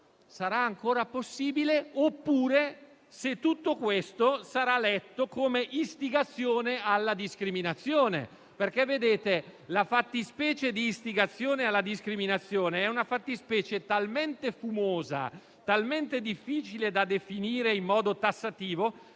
utero in affitto, oppure se tutto questo sarà letto come istigazione alla discriminazione, perché la fattispecie di istigazione alla discriminazione è talmente fumosa, talmente difficile da definire in modo tassativo